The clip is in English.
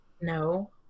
no